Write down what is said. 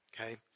okay